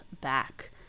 back